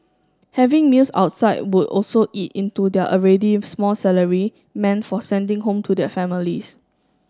having meals outside would also eat into their already small salary meant for sending home to their families